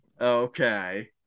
Okay